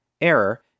error